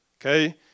okay